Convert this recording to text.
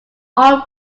hall